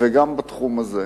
וגם בתחום הזה.